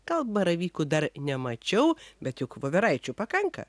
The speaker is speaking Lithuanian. gal baravykų dar nemačiau bet juk voveraičių pakanka